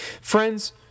Friends